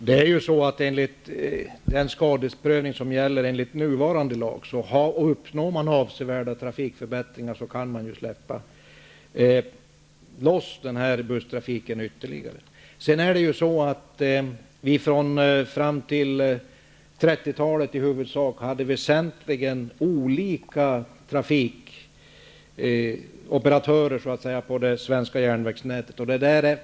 Herr talman! Den skadeprövning som gäller enligt nuvarande lag innebär att om man uppnår avsevärda trafikförbättringar, kan man släppa loss busstrafiken ytterligare. Fram till 30-talet hade vi väsentligen olika trafikoperatörer på det svenska järnvägsnätet.